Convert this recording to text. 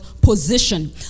Position